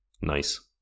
nice